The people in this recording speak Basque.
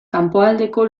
kanpoaldeko